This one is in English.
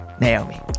Naomi